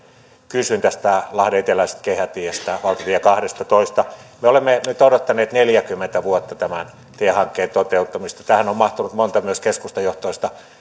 kysyn tästä lahden eteläisestä kehätiestä valtatie kahdestatoista me olemme nyt odottaneet neljäkymmentä vuotta tämän tiehankkeen toteuttamista tähän on mahtunut myös monta keskustajohtoista